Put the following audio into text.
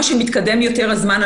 כמה שמתקדם יותר הזמן,